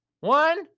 One